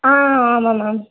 ஆ ஆமாம் மேம்